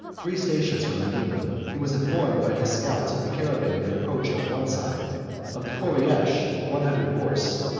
three stations from medina, he was informed by his scouts of the caravan that approached on one side of the koreish, one hundred horse,